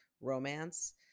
romance